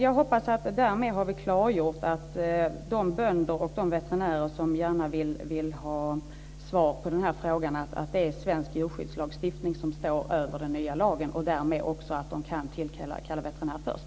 Jag hoppas att vi därmed har klargjort för de bönder och de veterinärer som gärna vill ha svar på den här frågan att det är svensk djurskyddslagstiftning som står över den nya lagen och att de därmed också kan tillkalla veterinär först.